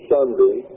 Sunday